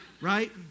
right